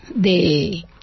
de